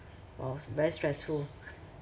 was very stressful